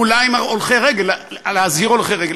אולי להזהיר הולכי רגל,